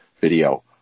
Video